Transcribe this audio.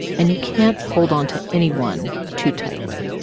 and you can't hold on to anyone too tightly.